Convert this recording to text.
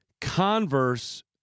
Converse